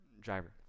driver